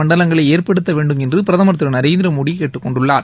மண்டலங்களை ஏற்படுத்த வேண்டும் என்று பிரதமர் திரு நரேந்திரமோடி கேட்டுக் கொண்டுள்ளார்